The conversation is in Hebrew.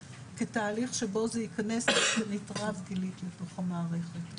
כתהליך שבו זה ייכנס כתכנית רב גילית לתוך המערכת.